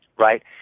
right